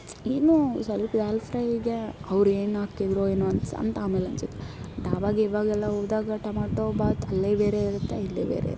ಏನೋ ಸ್ವಲ್ಪ ದಾಲ್ ಫ್ರೈಗೆ ಅವರೇನು ಹಾಕಿದರೋ ಏನೋ ಅನ್ಸಿ ಅಂತ ಆಮೇಲೆ ಅನ್ಸುತ್ತೆ ಡಾಬಾ ಗೀಬಾಗೆಲ್ಲ ಹೋದಾಗ ಟಮೊಟೋ ಬಾತ್ ಅಲ್ಲೇ ಬೇರೆ ಇರುತ್ತೆ ಇಲ್ಲೇ ಬೇರೆ ಇರುತ್ತೆ